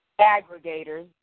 aggregators